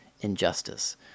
injustice